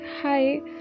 Hi